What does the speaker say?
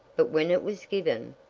but when it was given,